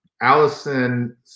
Allison